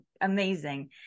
amazing